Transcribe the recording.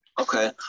Okay